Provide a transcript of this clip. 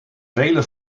vele